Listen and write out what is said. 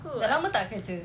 dah lama tak kerja